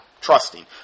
trusting